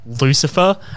lucifer